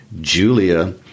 Julia